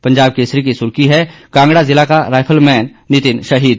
पंजाब की सुर्खी है कांगड़ा जिला का राईफलमैन नितिन शहीद